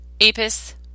Apis